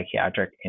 psychiatric